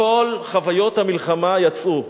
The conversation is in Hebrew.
כל חוויות המלחמה יצאו.